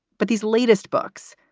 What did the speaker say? but these latest books,